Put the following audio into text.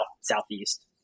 Southeast